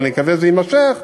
ואני מקווה שזה יימשך,